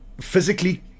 physically